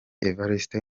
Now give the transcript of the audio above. evariste